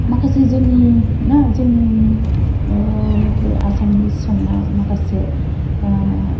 माखासे जोंनि ना जोंनि बे आसामनि संनाय माखासे